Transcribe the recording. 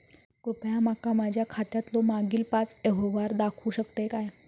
कृपया माका माझ्या खात्यातलो मागील पाच यव्हहार दाखवु शकतय काय?